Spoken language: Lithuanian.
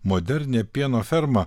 modernią pieno fermą